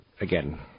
again